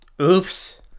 Oops